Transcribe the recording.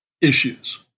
issues